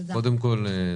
קודם כל,